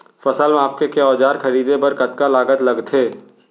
फसल मापके के औज़ार खरीदे बर कतका लागत लगथे?